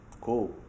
Cool